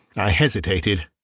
i hesitated.